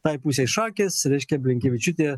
tai pusei šakės reiškia blinkevičiūtė